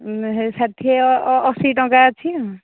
ଷାଠିଏ ଅଶୀ ଟଙ୍କା ଅଛି ଆଉ